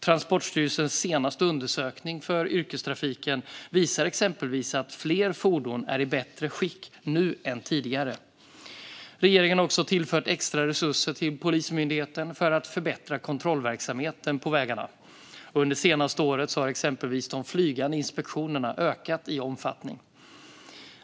Transportstyrelsens senaste undersökning av yrkestrafiken visar exempelvis att fler fordon är i bättre skick nu än tidigare. Regeringen har också tillfört extra resurser till Polismyndigheten för att förbättra kontrollverksamheten på vägarna. Under det senaste året har exempelvis de flygande inspektionerna ökat i omfattning.